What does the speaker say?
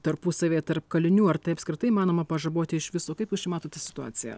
tarpusavyje tarp kalinių ar tai apskritai įmanoma pažaboti iš viso kaip jūs čia matote situaciją